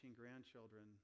grandchildren